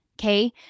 Okay